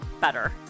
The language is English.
better